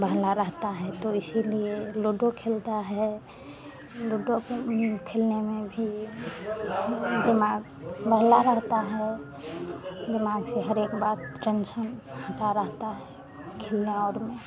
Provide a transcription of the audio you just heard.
बहला रहता है तो इसीलिए लूडो खेलता है लूडो खेलने में भी दिमाग बहला रहता है दिमाग से हरेक बात टेन्शन हटा रहता है खेलने और